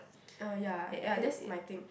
uh ya ya that's my thing